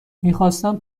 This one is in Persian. میخواستم